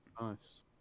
Nice